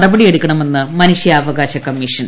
നടപടിയെടുക്കണമെന്ന് മനുഷ്യാവകാശ കമ്മീഷൻ